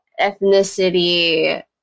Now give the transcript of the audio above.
ethnicity